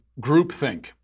groupthink